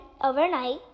overnight